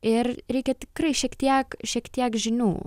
ir reikia tikrai šiek tiek šiek tiek žinių